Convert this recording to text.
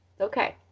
okay